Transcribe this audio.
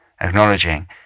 acknowledging